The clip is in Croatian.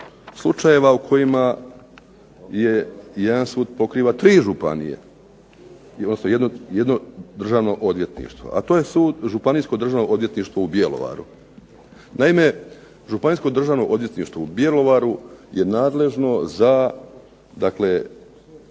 slučajeva u kojima jedan sud pokriva tri županije i jedno državno odvjetništvo, a to je Županijsko državno odvjetništvo u Bjelovaru. Naime, Županijsko državno odvjetništvo u Bjelovaru je nadležno za